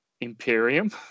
Imperium